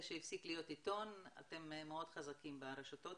שהפסיק להיות עיתון אתם מאוד חזקים ברשתות,